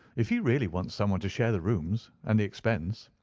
if he really wants someone to share the rooms and the expense,